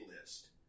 list